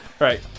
Right